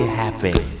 happy